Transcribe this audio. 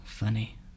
Funny